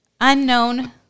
Unknown